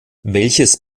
welches